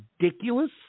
ridiculous